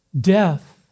Death